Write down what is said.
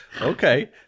okay